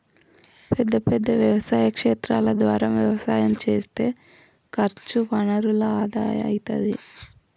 పెద్ద పెద్ద వ్యవసాయ క్షేత్రాల ద్వారా వ్యవసాయం చేస్తే ఖర్చు వనరుల ఆదా అయితది